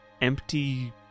empty